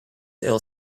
ill